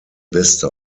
beste